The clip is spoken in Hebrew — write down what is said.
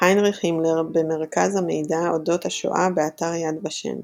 היינריך הימלר ב-מרכז המידע אודות השואה באתר יד ושם